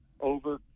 over